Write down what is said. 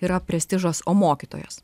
yra prestižas o mokytojas